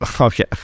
Okay